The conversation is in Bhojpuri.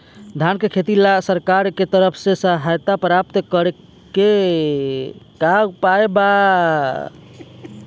धान के खेती ला सरकार के तरफ से सहायता प्राप्त करें के का उपाय बा?